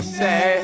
say